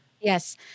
Yes